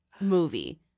movie